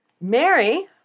Mary